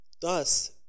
Thus